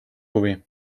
huvi